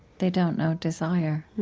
they don't know desire,